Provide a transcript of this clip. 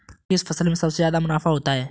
किस फसल में सबसे जादा मुनाफा होता है?